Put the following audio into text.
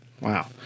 Wow